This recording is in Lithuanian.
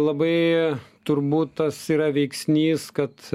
labai turbūt tas yra veiksnys kad